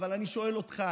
אבל אני שואל אותך